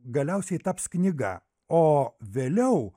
galiausiai taps knyga o vėliau